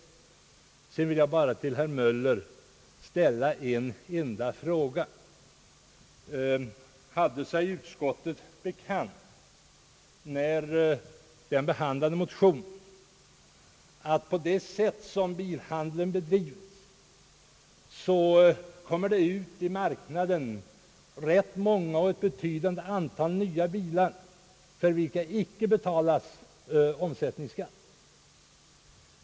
Sedan vill jag bara ställa en fråga till herr Möller: Hade utskottet sig bekant, när motionen behandlades, att det såsom bilhandeln nu bedrivs kommer ut i marknaden rätt många nya bilar, för vilka icke betalas omsättningsskatt?